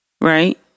right